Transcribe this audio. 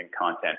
content